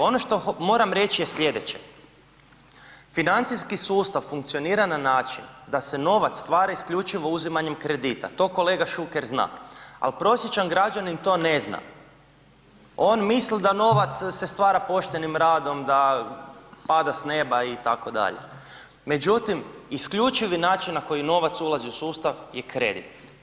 Ono što moram reći je slijedeće, financijski sustav funkcionira na način da se novac stvara isključivo uzimanjem kredite, to kolega Šuker zna, ali prosječan građanin to ne zna, on misli da novac se stvara poštenim radom, da pada s neba itd., međutim isključivi način na koji novac ulazi u sustav je kredit.